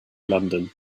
london